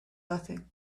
nothing